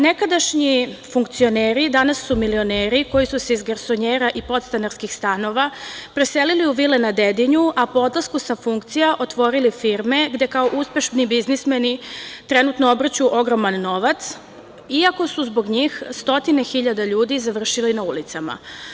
Nekadašnji funkcioneri danas su milioneri koji su se iz garsonjera i podstanarskih stanova preselili u vile na Dedinju, a po odlasku sa funkcija otvorili firme, gde kao uspešni biznismeni trenutno obrću ogroman novac, iako su zbog njih stotine hiljada ljudi završili na ulicama.